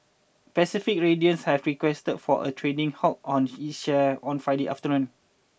Pacific radiance had requested for a trading halt on its shares on Friday afternoon